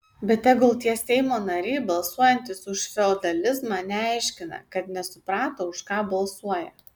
bet tegul tie seimo nariai balsuojantys už feodalizmą neaiškina kad nesuprato už ką balsuoja